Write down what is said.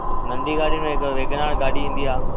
नंढी गाॾी में हिकु वैगनार गाॾी ईंदी आहे